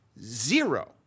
zero